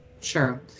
Sure